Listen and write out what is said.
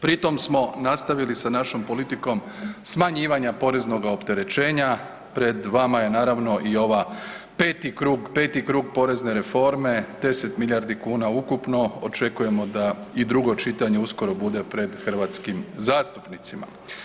Pri tom smo nastavili sa našom politikom smanjivanja poreznoga opterećenja, pred vama je naravno i ova 5. krug, 5. krug porezne reforme, 10 milijardi kuna ukupno, očekujemo da i drugo čitanje uskoro bude pred hrvatskim zastupnicima.